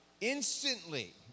instantly